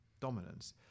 dominance